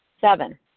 Seven